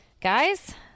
guys